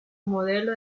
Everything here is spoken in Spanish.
modelo